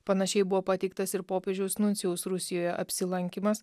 panašiai buvo pateiktas ir popiežiaus nuncijaus rusijoje apsilankymas